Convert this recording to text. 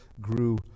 grew